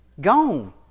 Gone